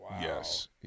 Yes